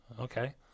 Okay